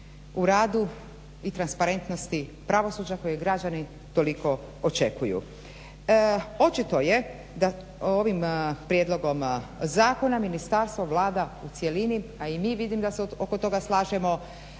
u radu i transparentnosti pravosuđa koje građani toliko očekuju. Očito je da ovim prijedlogom zakona ministarstvo vlada u cjelini a i mi vidim da se oko toga slažemo